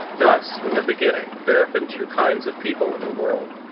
thus from the beginning there have been two kinds of people in the world.